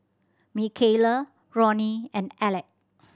Mikaila Ronnie and Aleck